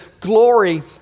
glory